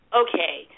okay